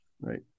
Right